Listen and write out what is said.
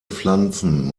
pflanzen